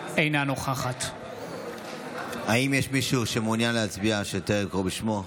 אינה נוכחת האם יש מישהו שמעוניין להצביע ושצריך לקרוא בשמו?